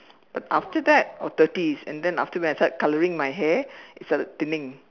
but after that or thirties and then I after I start colouring my hair it started thinning